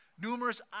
numerous